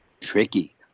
tricky